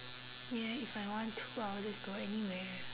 yeah if I want to I would just go anywhere